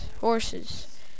horses